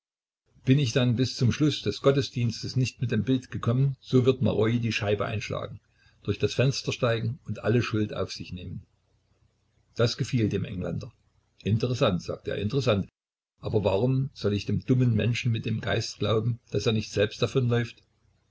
bin ich dann bis zum schlusse des gottesdienstes nicht mit dem bilde gekommen so wird maroi die scheibe einschlagen durch das fenster steigen und alle schuld auf sich nehmen das gefiel dem engländer interessant sagte er interessant aber warum soll ich dem dummen menschen mit dem geiste glauben daß er nicht selbst